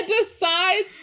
decides